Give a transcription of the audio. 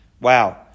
Wow